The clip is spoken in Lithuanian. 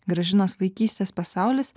gražinos vaikystės pasaulis